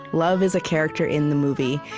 love is a character in the movie,